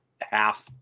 half